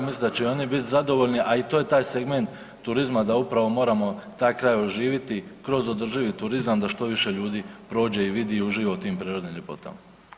Mislim da će i oni bit zadovoljni, a i to je taj segment turizma da upravo moramo taj kraj oživiti kroz održivi turizam da što više ljudi prođe i vidi i uživa u tim prirodnim ljepotama.